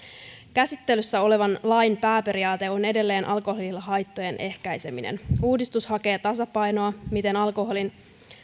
käsittelyssä olevan lain pääperiaate on edelleen alkoholin haittojen ehkäiseminen uudistus hakee tasapainoa siihen miten alkoholin